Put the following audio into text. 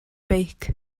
beic